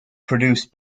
produced